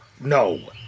No